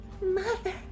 mother